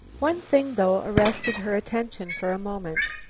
one thing, though, arrested her attention for a moment.